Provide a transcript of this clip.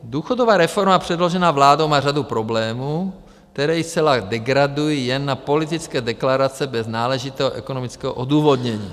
Důchodová reforma předložená vládou má řadu problémů, které ji zcela degradují jen na politické deklarace bez náležitého ekonomického odůvodnění.